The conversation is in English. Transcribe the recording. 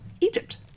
Egypt